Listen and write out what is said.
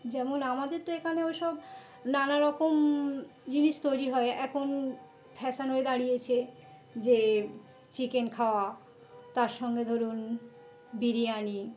যেমন আমাদের তো এখানে ওসব নানা রকম জিনিস তৈরি হয় এখন ফ্যাশন হয়ে দাঁড়িয়েছে যে চিকেন খাওয়া তার সঙ্গে ধরুন বিরিয়ানি